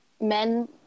men